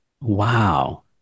Wow